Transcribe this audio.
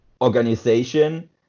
organization